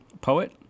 poet